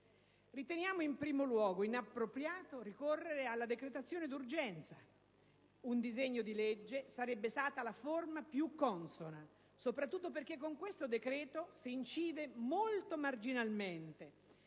Riteniamo in primo luogo inappropriato ricorrere alla decretazione d'urgenza: un disegno di legge sarebbe stata la forma più consona, soprattutto perché con questo decreto si incide molto marginalmente.